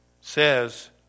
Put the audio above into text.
says